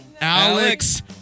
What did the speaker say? Alex